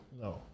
No